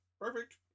perfect